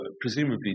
presumably